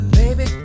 baby